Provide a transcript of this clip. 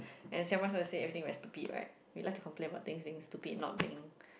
and Singaporeans like to say everything very stupid right we like to complain about things being stupid not being